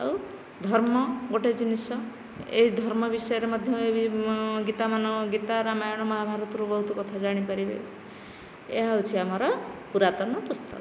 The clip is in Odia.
ଆଉ ଧର୍ମ ଗୋଟିଏ ଜିନିଷ ଏହି ଧର୍ମ ବିଷୟରେ ମଧ୍ୟ ଏହି ଗୀତାମାନ ଗୀତା ରାମାୟଣ ମହାଭାରତରୁ ବହୁତ କଥା ଜାଣିପାରିବେ ଏହା ହେଉଛି ଆମର ପୁରାତନ ପୁସ୍ତକ